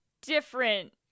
different